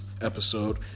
episode